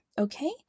Okay